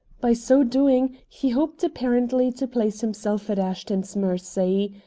by so doing he hoped apparently to place himself at ashton's mercy.